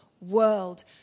world